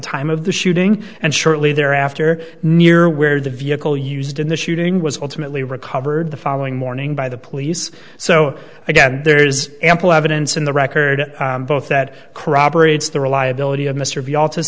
time of the shooting and shortly thereafter near where the vehicle used in the shooting was ultimately recovered the following morning by the police so again there is ample evidence in the record both that corroborates the reliability of mr b alter